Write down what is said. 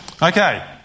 Okay